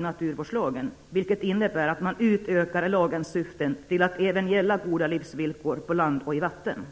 naturvårdslagen innebärande att lagen utökas till att även gälla goda livsvillkor för växt och djurlivet på land och i vatten.